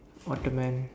what a man